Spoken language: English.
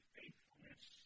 faithfulness